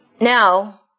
now